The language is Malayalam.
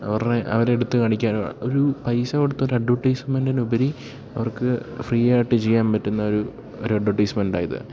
അവരുടെ അവര്ക്കെടുത്ത് കാണിക്കാൻ ഒരു പൈസ കൊടുത്തൊരു അഡ്വെർടൈസ്മെൻറ്റിനുപരി അവർക്ക് ഫ്രീയായിട്ട് ചെയ്യാൻ പറ്റുന്ന ഒരു ഒരു അഡ്വർടൈസ്മെൻറ്റാണിത്